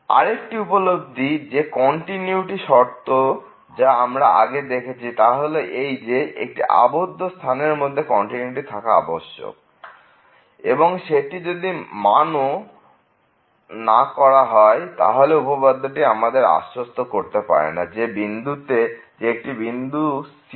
আরেকটি উপলব্ধি যে কন্টিনিউটি শর্ত যা আমরা আগে দেখেছি তা হল এইযে একটি আবদ্ধ স্থানের মধ্যে কন্টিনিউটি থাকা আবশ্যক এবং সেটি যদি মানো না করা হয় তাহলে উপপাদ্যটি আমাদের আশ্বস্ত করতে পারেনা যে একটি বিন্দু c থাকবে যেখানে fc0